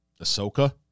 Ahsoka